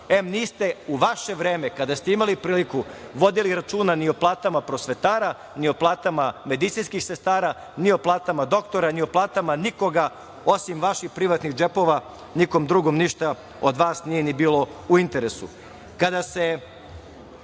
em, niste u vaše vreme, kada ste imali priliku, vodili računa ni o platama prosvetara ni o platama medicinskih sestara ni o platama doktora ni o platama nikoga, osim vaših privatnih džepova, nikom drugom ništa od vas nije ni bilo u interesu. Kada se